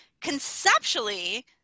conceptually